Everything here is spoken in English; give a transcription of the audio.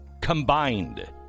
combined